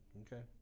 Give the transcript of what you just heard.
Okay